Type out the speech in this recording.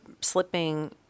slipping